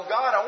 God